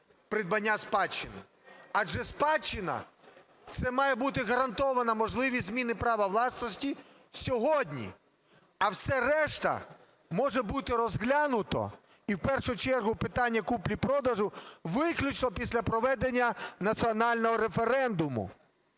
Адже спадщина це має бути гарантована можливість зміни права власності сьогодні, а все решта може бути розглянуто, і в першу чергу питання купівлі-продажу, виключно після проведення національного референдуму.